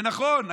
ונכון,